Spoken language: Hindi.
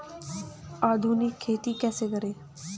आधुनिक खेती कैसे करें?